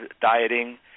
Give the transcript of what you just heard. dieting